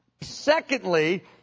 Secondly